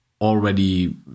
already